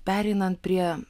pereinant prie